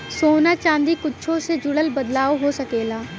सोना चादी कुच्छो से जुड़ल बदलाव हो सकेला